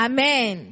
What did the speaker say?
Amen